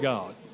God